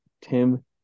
Tim